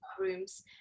rooms